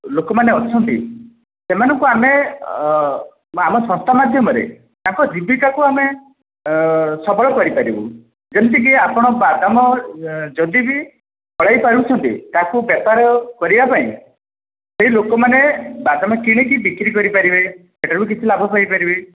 ଲୋକମାନେ ଅଛନ୍ତି ସେମାନଙ୍କୁ ଆମେ ଆମ ସଂସ୍ଥା ମାଧ୍ୟମରେ ତାଙ୍କ ଜୀବିକାକୁ ଆମେ ସବଳ କରିପାରିବୁ ଯେମିତିକି ଆପଣ ବାଦାମ ଯଦି ବି ଫଳାଇପାରୁଛନ୍ତି ତାକୁ ବେପାର କରିବା ପାଇଁ ସେହି ଲୋକମାନେ ବାଦାମ କିଣିକି ବିକ୍ରି କରିପାରିବେ ସେଥିରୁ ବି କିଛି ଲାଭ ପାଇପାରିବେ